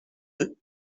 deux